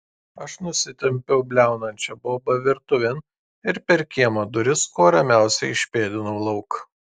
aš nusitempiau bliaunančią bobą virtuvėn ir per kiemo duris kuo ramiausiai išpėdinau lauk